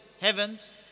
heavens